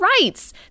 rights